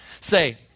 Say